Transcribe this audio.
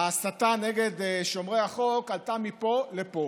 ההסתה נגד שומרי החוק עלה מפה לפה.